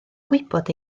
gwybod